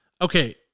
Okay